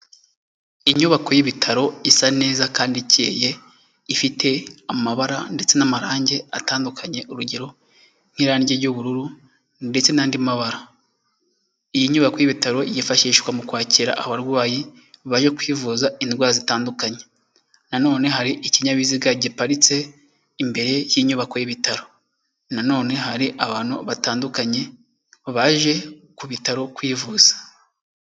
Inyubako y'ibitaro isa neza kandi ikeye, ifite amabara ndetse n'amarange atandukanye, urugero nk'irange ry'ubururu ndetse n'andi mabara, iyi nyubako y'ibitaro yifashishwa mu kwakira abarwayi bayo kwivuza indwara zitandukanye, nanone hari ikinyabiziga giparitse imbere y'inyubako y'ibitaro, nanone hari abantu batandukanye baje ku bitaro kwivuza.